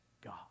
God